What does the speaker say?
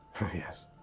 yes